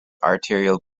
arterial